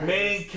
Main